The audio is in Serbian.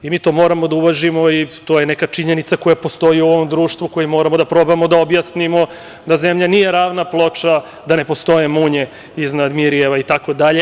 Mi to moramo da uvažimo i to je neka činjenica koja postoji u ovom društvu, kojima moramo da probamo da objasnimo da zemlja nije ravna ploča, da ne postoje „Munje iznad Mirjeva“ itd.